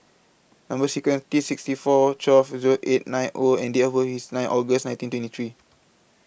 Number sequence T sixty four twelve Zero eight nine O and Date of birth IS nine August nineteen twenty three